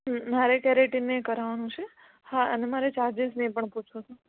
મારે જ્યારે કેરેટીને કરવાનું છે હા અને મારે ચાર્જિસ ને એ પણ પૂછવું હતું